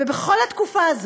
ובכל התקופה הזאת,